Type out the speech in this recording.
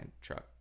truck